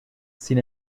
sin